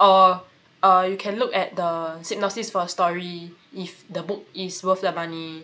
or or can look at the synopsis for story if the book is worth the money